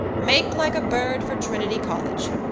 make like a bird for trinity college.